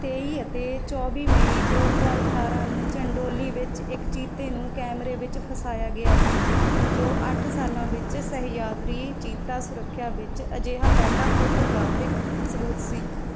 ਤੇਈ ਅਤੇ ਚੌਵੀ ਮਈ ਦੋ ਹਜ਼ਾਰ ਅਠਾਰ੍ਹਾਂ ਨੂੰ ਚੰਡੋਲੀ ਵਿੱਚ ਇੱਕ ਚੀਤੇ ਨੂੰ ਕੈਮਰੇ ਵਿੱਚ ਫਸਾਇਆ ਗਿਆ ਸੀ ਜੋ ਅੱਠ ਸਾਲਾਂ ਵਿੱਚ ਸਹਿਯਾਦਰੀ ਚੀਤਾ ਸੁਰੱਖਿਆ ਵਿੱਚ ਅਜਿਹਾ ਪਹਿਲਾ ਫੋਟੋਗ੍ਰਾਫਿਕ ਸਬੂਤ ਸੀ